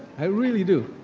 i really do.